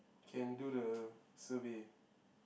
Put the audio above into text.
you can do the survey